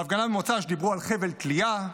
בהפגנה במוצ"ש דיברו על חבל תלייה.